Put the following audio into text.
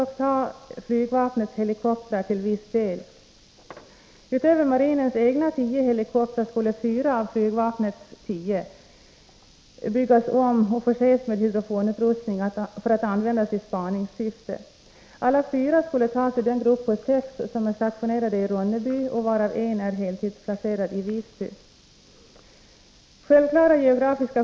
Detta samarbete har bl.a. inneburit att särskild utrustning utvecklats, som medger snabb och säker ioch urlastning och vid behov kvalificerad vård under transporten. Även ur brandförsvarssynpunkt har helikoptern mycket stor betydelse.